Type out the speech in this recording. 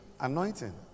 Anointing